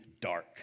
dark